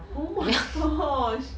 oh my gosh